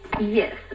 Yes